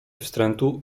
wstrętu